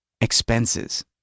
expenses